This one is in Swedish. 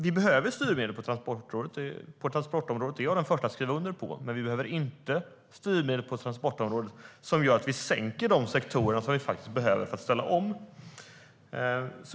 Vi behöver styrmedel på transportområdet, det är jag den förste att skriva under på. Men vi behöver inte styrmedel på transportområdet som gör att vi sänker de sektorer som vi behöver för att ställa om.